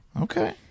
Okay